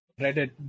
Reddit